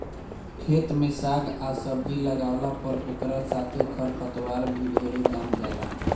खेत में साग आ सब्जी लागावला पर ओकरा साथे खर पतवार भी ढेरे जाम जाला